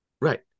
Right